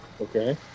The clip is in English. Okay